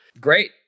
Great